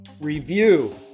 review